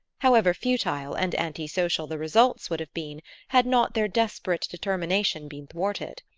however futile and antisocial the results would have been had not their desperate determination been thwarted.